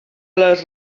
les